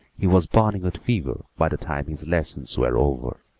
he was burning with fever by the time his lessons were over.